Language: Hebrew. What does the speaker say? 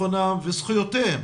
ביטחונם וזכויותיהם